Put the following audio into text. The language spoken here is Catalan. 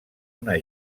una